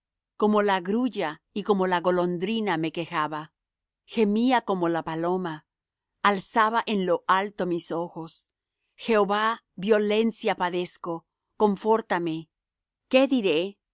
como la grulla y como la golondrina me quejaba gemía como la paloma alzaba en lo alto mis ojos jehová violencia padezco confórtame qué diré el